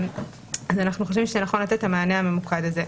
אנחנו חושבים שנכון לתת את המענה הממוקד הזה.